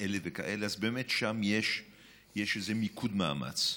וכאלה וכאלה, אז באמת שם יש איזשהו מיקוד מאמץ.